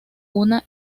una